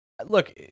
look